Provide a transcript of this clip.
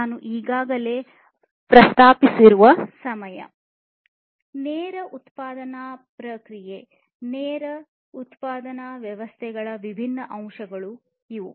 ನಾನು ಈಗಾಗಲೇ ಪ್ರಸ್ತಾಪಿಸಿರುವ ಸಮಯ ನೇರ ಉತ್ಪಾದನಾ ಪ್ರಕ್ರಿಯೆ ನೇರ ಉತ್ಪಾದನಾ ವ್ಯವಸ್ಥೆಯ ವಿಭಿನ್ನ ಅಂಶಗಳು ಇವು